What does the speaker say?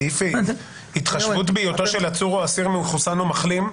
סעיף התחשבות בהיותו של עצור או אסיר מחוסן או מחלים,